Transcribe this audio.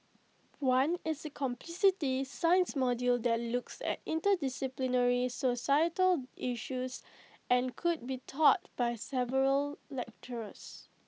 one is A complexity science module that looks at interdisciplinary societal issues and could be taught by several lecturers